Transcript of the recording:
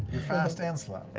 fast and slow.